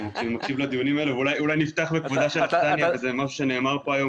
אני מקשיב לדיונים האלה ואולי נפתח --- וזה משהו שנאמר פה היום